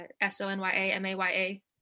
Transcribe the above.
S-O-N-Y-A-M-A-Y-A